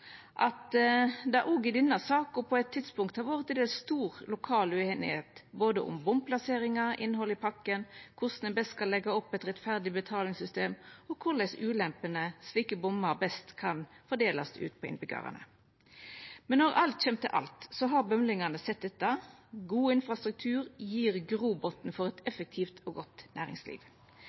at det òg i denne saka på eit tidspunkt har vore til dels stor lokal ueinigheit, både om bomplasseringar, innhaldet i pakka, korleis ein best skal leggja opp eit rettferdig betalingssystem, og korleis ulempene med slike bommar best kan fordelast ut på innbyggjarane. Men når alt kjem til alt, har bømlingane sett at god infrastruktur gjev grobotn for eit effektivt og godt næringsliv.